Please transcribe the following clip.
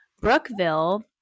Brookville